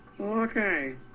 okay